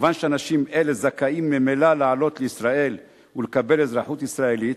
כיוון שאנשים אלה זכאים ממילא לעלות לישראל ולקבל אזרחות ישראלית,